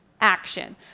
action